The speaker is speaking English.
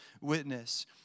witness